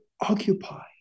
occupy